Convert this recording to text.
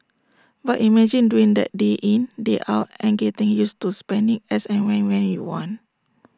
but imagine doing that day in day out and getting used to spending as and when when you want